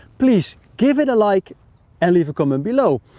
please, give it a like and leave a comment below.